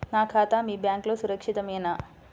నా ఖాతా మీ బ్యాంక్లో సురక్షితమేనా?